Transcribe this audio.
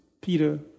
Peter